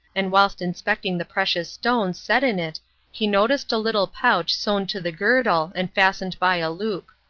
and whilst inspecting the precious stones set in it he noticed a little pouch sewn to the girdle and fastened by a loop.